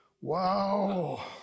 Wow